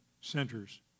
centers